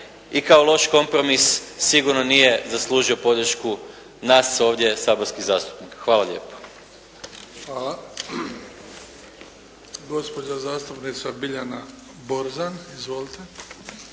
i kao loš kompromis sigurno nije zaslužio podršku nas ovdje saborskih zastupnika. Hvala lijepo. **Bebić, Luka (HDZ)** Hvala. Gospođa zastupnica Biljana Borzan. Izvolite.